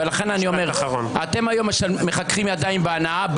ולכן אני אומר, אתם היום מחככים ידיים בהנאה.